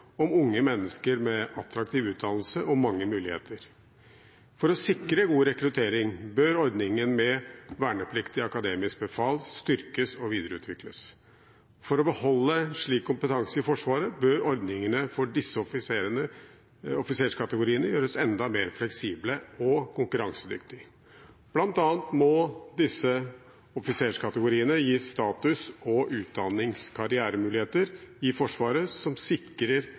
om unge mennesker med attraktiv utdannelse og mange muligheter. For å sikre god rekruttering bør ordningen med vernepliktig akademisk befal styrkes og videreutvikles. For å beholde en slik kompetanse i Forsvaret bør ordningene for disse offiserkategoriene gjøres enda mer fleksible og konkurransedyktige. Blant annet må disse offiserkategoriene gis status og utdannings- og karrieremuligheter i Forsvaret som sikrer